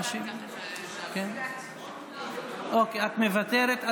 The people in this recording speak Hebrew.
את מוותרת.